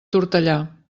tortellà